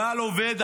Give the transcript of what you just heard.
הבעל עובד,